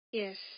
yes